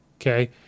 okay